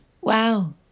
Wow